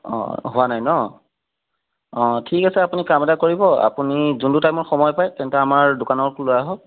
অঁ হোৱা নাই ন অঁ ঠিক আছে আপুনি কাম এটা কৰিব আপুনি যোনটো টাইমত সময় পাই তেন্তে আমাৰ দোকানত লৈ আহক